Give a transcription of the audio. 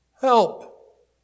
Help